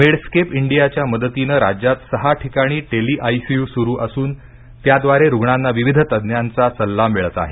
made स्केप इंडियाच्या मदतीनं राज्यात सहा ठिकाणी टेली आयसीयू सुरू असून त्यांद्वारे रुग्णांना विविध तज्ञांचा सल्ला मिळत आहे